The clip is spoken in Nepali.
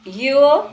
यो